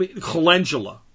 calendula